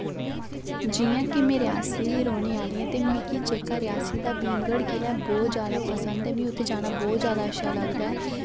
जि'यां कि रियासी दी रोह्ने आह्ली आं ते मिकी जेह्का रियासी दा भीमगढ़ किला ऐ बहुत ज्यादा पसंद ऐ मि उत्थै जाना बहुत ज्यादा अच्छा लगदा ऐ